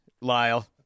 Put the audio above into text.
Lyle